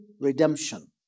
redemption